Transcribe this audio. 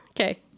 Okay